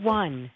one